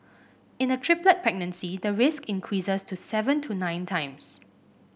in a triplet pregnancy the risk increases to seven to nine times